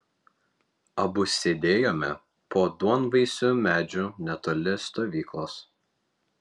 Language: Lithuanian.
abu sėdėjome po duonvaisiu medžiu netoli stovyklos